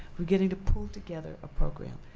we're getting to pull together a program.